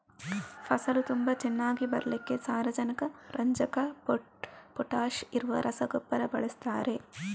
ಫಸಲು ತುಂಬಾ ಚೆನ್ನಾಗಿ ಬರ್ಲಿಕ್ಕೆ ಸಾರಜನಕ, ರಂಜಕ, ಪೊಟಾಷ್ ಇರುವ ರಸಗೊಬ್ಬರ ಬಳಸ್ತಾರೆ